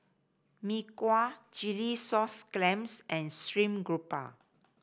Mee Kuah Chilli Sauce Clams and stream grouper